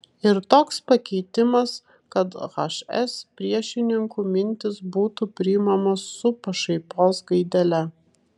ir toks pakeitimas kad hs priešininkų mintys būtų priimamos su pašaipos gaidele